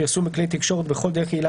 פרסום בכלי תקשורת או בכל דרך יעילה